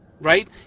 right